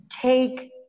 take